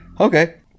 okay